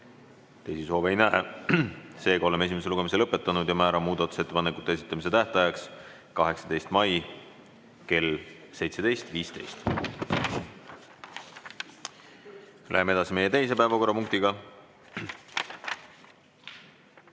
Teisi soove ei näe. Seega oleme esimese lugemise lõpetanud. Määran muudatusettepanekute esitamise tähtajaks 18. mai kell 17.15. Läheme edasi meie teise päevakorrapunktiga,